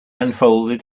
unfolded